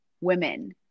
women